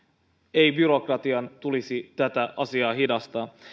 ei byrokratian tulisi tätä asiaa hidastaa